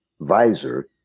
visor